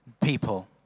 people